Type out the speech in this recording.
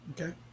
Okay